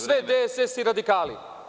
Sve DSS i Radikali.